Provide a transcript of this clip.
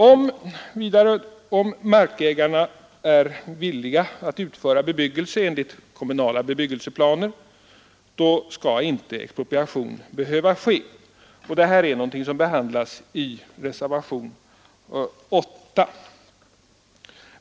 Om markägaren är villig att utföra bebyggelse enligt kommunala bebyggelseplaner skall inte expropriation behöva ske. Det är någonting som behandlas i reservationen 8.